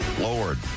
Lord